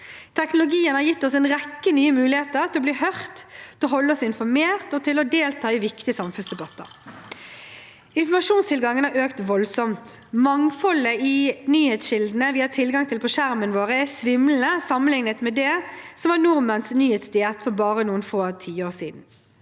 Teknologien har gitt oss en rekke nye muligheter til å bli hørt, til å holde oss informert og til å delta i viktige samfunnsdebatter. Informasjonstilgangen har økt voldsomt. Mangfoldet i nyhetskildene vi har tilgang til på skjermene våre, er svimlende sammenlignet med det som var nordmenns nyhetsdiett for bare noen få tiår siden.